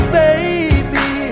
baby